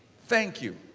thank you.